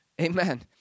Amen